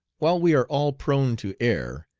while we are all prone to err,